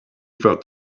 felt